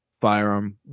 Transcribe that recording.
Firearm